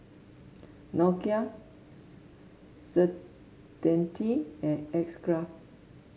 Nokia Certainty and X Craft